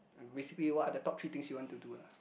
basically what are the top three thing you want to do lah